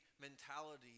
mentality